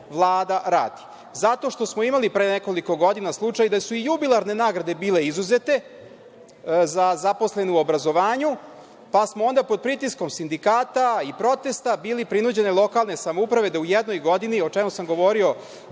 Vlada radi? Zato što smo imali pre nekoliko godina slučaj da su i jubilarne nagrade bile izuzete za zaposlene u obrazovanju, pa smo onda pod pritiskom sindikata i protesta bili prinuđeni na lokalne samouprave da u jednoj godini, o čemu sam govorio